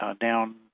down